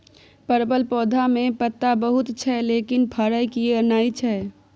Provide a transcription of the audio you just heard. परवल पौधा में पत्ता बहुत छै लेकिन फरय किये नय छै?